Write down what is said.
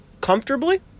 Comfortably